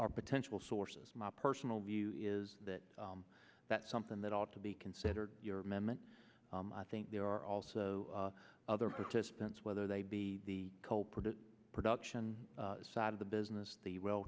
our potential sources my personal view is that that's something that ought to be considered amendment i think there are also other participants whether they be the culprit the production side of the business the well